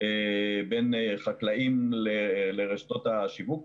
בין חקלאים לרשתות השיווק,